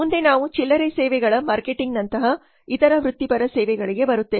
ಮುಂದೆ ನಾವು ಚಿಲ್ಲರೆ ಸೇವೆಗಳ ಮಾರ್ಕೆಟಿಂಗ್ನಂತಹ ಇತರ ವೃತ್ತಿಪರ ಸೇವೆಗಳಿಗೆ ಬರುತ್ತೇವೆ